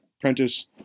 Prentice